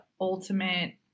ultimate